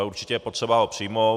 Určitě je potřeba ho přijmout.